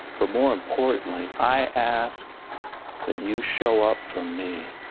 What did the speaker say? but more importantly, i ask that you show up for me,